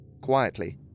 quietly